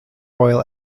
royal